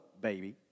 baby